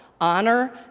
honor